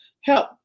help